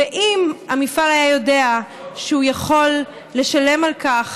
ואם המפעל היה יודע שהוא יכול לשלם על כך,